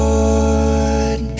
Lord